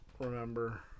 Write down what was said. remember